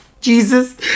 Jesus